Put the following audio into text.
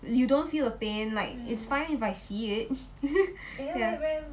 you don't feel the pain like it's fine if I see it ya